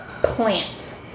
plant